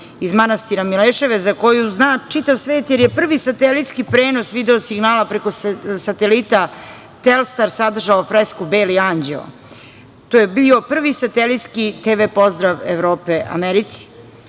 iz manastira Mileševa, za koju zna čitav svet jer je prvi satelitski prenos video signala preko satelita Telstar sadržao fresku Beli Anđeo. To je bio prvi satelitski TV pozdrav Evrope Americi. Dakle,